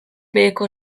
beheko